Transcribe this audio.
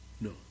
No